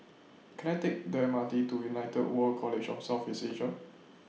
Can I Take The M R T to United World College of South East Asia